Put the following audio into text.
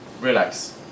relax